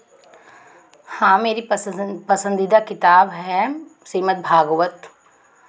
हाँ मेरी पसंद पसंदीदा किताब है श्रीमद्भागवत